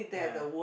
yeah